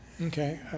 Okay